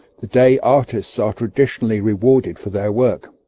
the day artists are traditionally rewarded for their work.